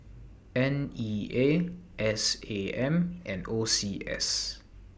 N E A S A M and O C S